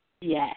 yes